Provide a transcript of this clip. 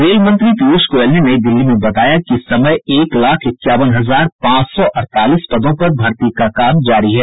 rail मंत्री पीयूष गोयल ने नई दिल्ली में बताया कि इस समय एक लाख इक्यावन हजार पांच सौ अड़तालीस पदों पर भर्ती का काम जारी है